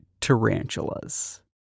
tarantulas